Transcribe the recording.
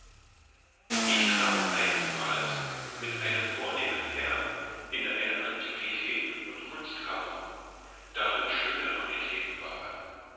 ich kam einsmals mit einem vornehmen herrn in eine antiquitäten und kunstkammer darin schöne raritäten waren